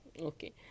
okay